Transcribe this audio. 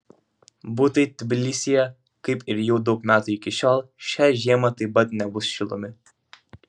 butai tbilisyje kaip ir jau daug metų iki šiol šią žiemą taip pat nebus šildomi